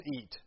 eat